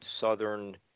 Southern